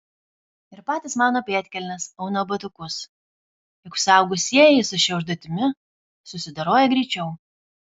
ir patys mauna pėdkelnes auna batukus juk suaugusieji su šia užduotimi susidoroja greičiau